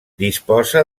disposa